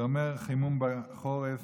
זה אומר חימום בחורף,